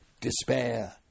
despair